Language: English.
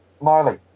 Miley